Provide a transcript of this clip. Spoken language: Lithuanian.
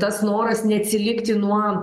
tas noras neatsilikti nuo